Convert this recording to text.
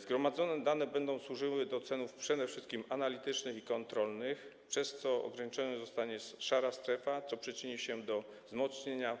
Zgromadzone dane będą służyły do celów przede wszystkim analitycznych i kontrolnych, przez co ograniczona zostanie szara strefa, co też przyczyni się do wzmocnienia